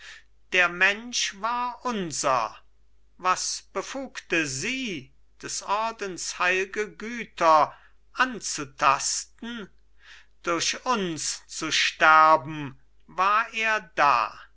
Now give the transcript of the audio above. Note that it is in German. der mensch war unser was befugte sie des ordens heilge güter anzutasten durch uns zu sterben war er da